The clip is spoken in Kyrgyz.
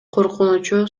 коркунучу